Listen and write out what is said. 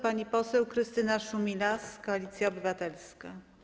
Pani poseł Krystyna Szumilas, Koalicja Obywatelska.